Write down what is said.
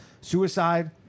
suicide